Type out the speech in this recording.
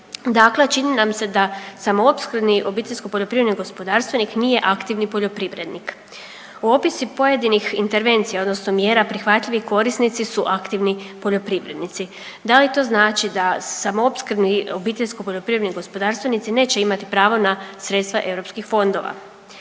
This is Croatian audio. Dakle, čini nam se da samoopskrbni obiteljski poljoprivredni gospodarstvenik nije aktivni poljoprivrednik. U opisi pojedinih intervencija odnosno mjera prihvatljivi korisnici su aktivni poljoprivrednici. Da li to znači da samoopskrbni obiteljsko poljoprivredni gospodarstvenici neće imati pravo na sredstva eu fondova?